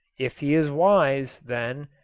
if he is wise, then,